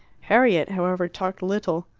harriet, however, talked little.